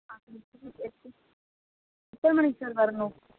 ஆ சரி எத்தனை மணிக்கு சார் வரணும்